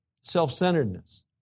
self-centeredness